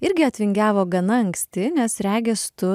irgi atvingiavo gana anksti nes regis tu